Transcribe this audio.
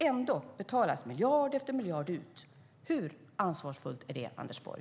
Ändå betalas miljard efter miljard ut. Hur ansvarsfullt är det, Anders Borg?